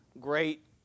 great